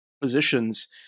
positions